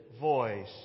voice